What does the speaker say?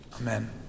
Amen